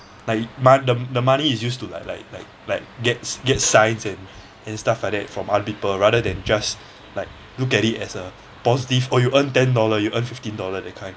like mo~ the the money is used to like like like like gets gets signs and and stuff like that from other people rather than just like look at it as a positive oh you earn ten dollar you earn fifteen dollar that kind